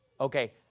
Okay